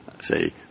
say